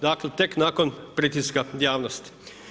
Dakle, tek nakon pritiska javnosti.